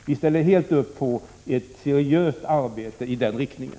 Vi ställer helt upp på ett seriöst arbete i den riktningen.